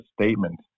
statement